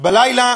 בלילה